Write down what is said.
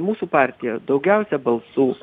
mūsų partija daugiausia balsų